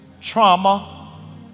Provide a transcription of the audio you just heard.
trauma